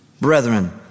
brethren